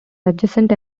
adjacent